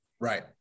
Right